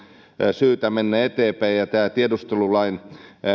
syytä mennä eteenpäin tiedustelulain